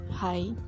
Hi